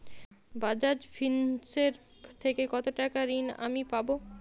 বাজাজ ফিন্সেরভ থেকে কতো টাকা ঋণ আমি পাবো?